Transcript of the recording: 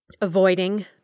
avoiding